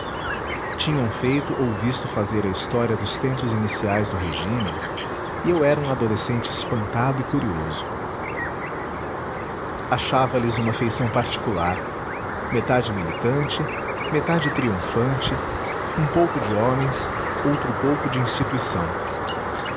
tinham feito ou visto fazer a história dos tempos iniciais do regímen e eu era um adolescente espantado e curioso achava lhes uma feição particular metade militante metade triunfante um pouco de homens outro pouco de instituição